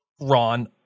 Ron